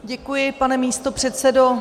Děkuji, pane místopředsedo.